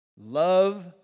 Love